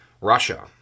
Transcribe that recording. Russia